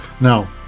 Now